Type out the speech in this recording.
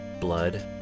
blood